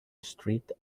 street